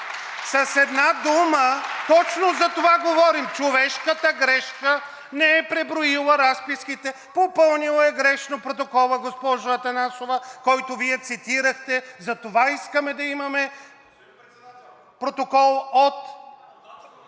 С една дума точно за това говорим! Човешката грешка не е преброила разписките, попълнила е грешно протокола, госпожо Атанасова, който Вие цитирахте. Затова искаме да имаме протокол…